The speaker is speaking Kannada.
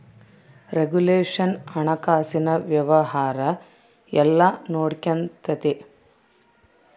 ರೆಗುಲೇಷನ್ ಹಣಕಾಸಿನ ವ್ಯವಹಾರ ಎಲ್ಲ ನೊಡ್ಕೆಂತತೆ